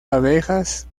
abejas